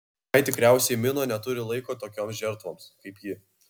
ai tikriausiai mino neturi laiko tokioms žertvoms kaip ji